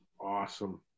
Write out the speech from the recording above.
Awesome